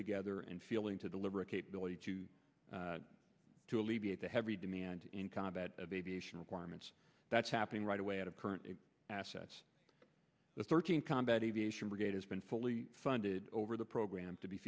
together and feeling to deliver a capability to alleviate the heavy demand in combat aviation requirements that's happening right away out of current assets the thirteen combat aviation brigade has been fully funded over the program to be